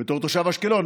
בתור תושב אשקלון,